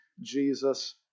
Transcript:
Jesus